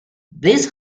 this